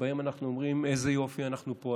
שבו אנחנו אומרים: איזה יופי אנחנו פועלים,